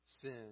sin